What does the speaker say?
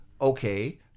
okay